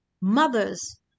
mother's